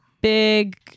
big